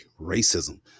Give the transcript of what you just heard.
racism